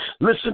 Listen